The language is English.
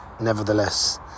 nevertheless